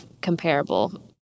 comparable